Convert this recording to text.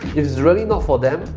it's really not for them,